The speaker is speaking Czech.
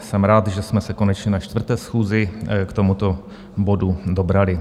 Jsem rád, že jsme se konečně na čtvrté schůzi k tomuto bodu dobrali.